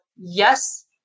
yes